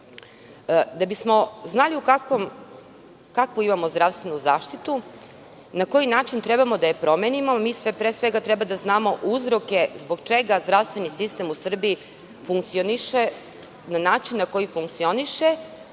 bismo znali kakvu imamo zdravstvenu zaštitu i na koji način treba da je promenimo, mi pre svega treba da znamo uzroke zbog čega zdravstveni sistem u Srbiji funkcioniše, na način na koji funkcioniše,